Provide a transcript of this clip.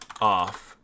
off